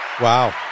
Wow